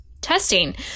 testing